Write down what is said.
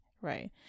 right